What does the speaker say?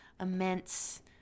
immense